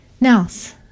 Nels